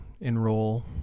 enroll